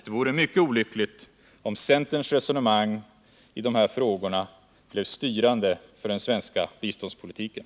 Det vore mycket olyckligt om centerns resonemang i dessa frågor blev styrande för den svenska biståndspolitiken.